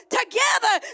together